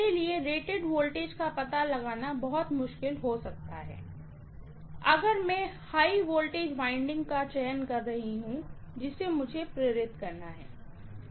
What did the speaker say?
और मेरे लिए रेटेड वोल्टेज का पता लगाना बहुत मुश्किल हो सकता है अगर मैं हाई वोल्टेज वाइंडिंग का चयन कर रही हूँ जिसे प्रेरित करना है